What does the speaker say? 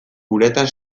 uretan